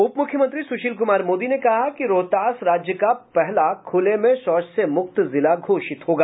उपमुख्यमंत्री सुशील कुमार मोदी ने कहा कि रोहतास राज्य का पहला खुले में शौच से मुक्त जिला घोषित होगा